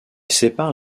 sépare